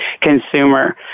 consumer